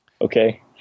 Okay